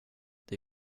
det